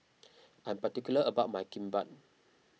I am particular about my Kimbap